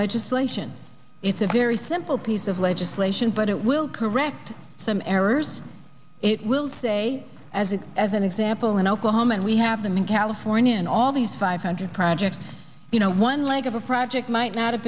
legislation it's a very simple piece of legislation but it will correct some errors it will say as it as an example in oklahoma and we have them in california and all these five hundred projects you know one leg of a project might not have